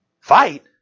Fight